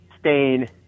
stain